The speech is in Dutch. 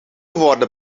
worden